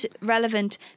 relevant